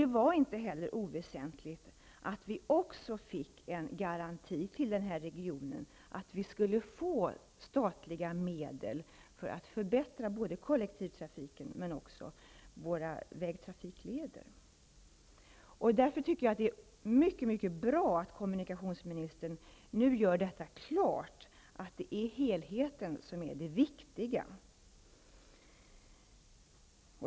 Det var inte heller oväsentligt att vi i fråga om regionen också fick en garanti att vi skulle få statliga medel för att förbättra både kollektivtrafiken och vägtrafiklederna. Därför tycker jag att det är mycket bra att kommunikationsministern klargör att det är helheten som är viktig.